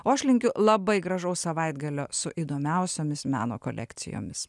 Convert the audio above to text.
o aš linkiu labai gražaus savaitgalio su įdomiausiomis meno kolekcijomis